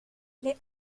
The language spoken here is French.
play